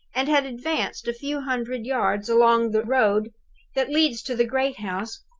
and had advanced a few hundred yards along the road that leads to the great house,